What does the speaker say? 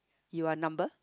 you are number